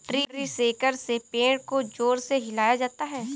tree shaker से पेड़ को जोर से हिलाया जाता है